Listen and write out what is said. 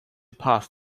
path